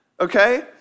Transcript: okay